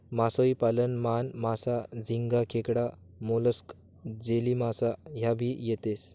मासोई पालन मान, मासा, झिंगा, खेकडा, मोलस्क, जेलीमासा ह्या भी येतेस